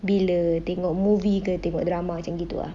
bila tengok movie ke tengok drama macam gitu ah